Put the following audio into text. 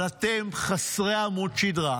אבל אתם חסרי עמוד שדרה,